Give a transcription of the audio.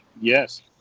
Yes